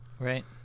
Right